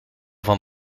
van